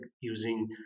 using